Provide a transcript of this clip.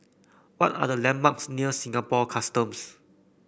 what are the landmarks near Singapore Customs